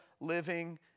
living